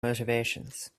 motivations